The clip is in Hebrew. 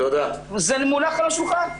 זה מונח על השולחן.